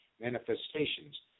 manifestations